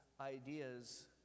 ideas